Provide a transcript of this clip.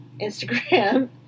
instagram